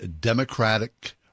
Democratic